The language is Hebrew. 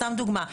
סתם דוגמה,